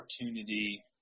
opportunity